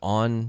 on